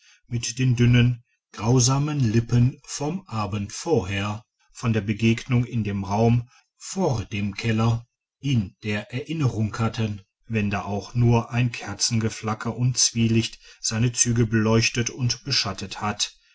mit den dünnen grausamen lippen vom abend vorher von der begegnung in dem raum vor dem keller in der erinnerung hatten wenn da auch nur ein kerzengeflacker und zwielicht seine züge beleuchtet und beschattet hatte